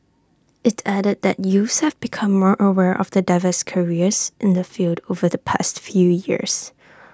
IT added that youths have become more aware of the diverse careers in the field over the past few years